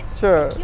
sure